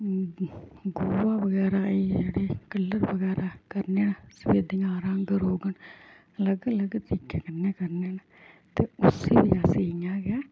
गोहा बगैरै आई गेआ जेह्ड़े कलर बगैरा करने न सफेदियां रंग रोगन अलग अलग तरीके कन्ने करने न ते उसी बी अस इ'यां गै